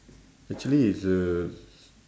actually it's the